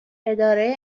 اداره